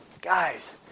Guys